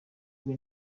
kuba